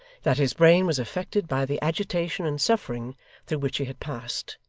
that his brain was affected by the agitation and suffering through which he had passed,